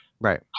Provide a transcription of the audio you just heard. Right